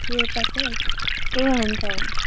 ए पचास ए हुन्छ हुन्छ